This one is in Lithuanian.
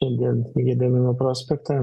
šiandien į gedimino prospektą